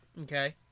Okay